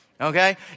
Okay